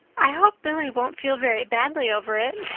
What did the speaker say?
i hope billy won't feel very badly over it,